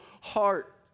heart